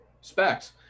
Specs